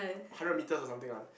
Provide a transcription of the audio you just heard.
hundred meters or something one